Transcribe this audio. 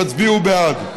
תצביעו בעד.